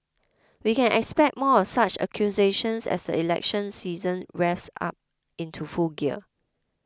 we can expect more of such accusations as the election season revs up into full gear